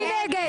מי נגד?